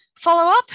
Follow-up